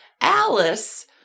Alice